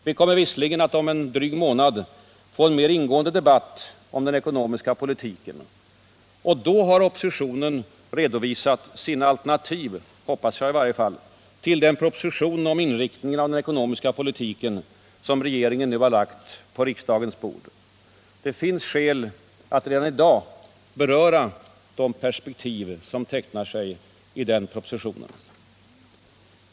Vi kommer visserligen att om en dryg månad få en mer ingående debatt om den ekonomiska politiken. Då har oppositionen redovisat sina alternativ, hoppas jag i varje fall, till den proposition om inriktningen av den ekonomiska politiken, som regeringen nu lagt på riksdagens bord. Men det finns skäl att redan i dag beröra de perspektiv som tecknar sig i den propositionen.